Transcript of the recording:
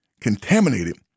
contaminated